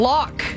Lock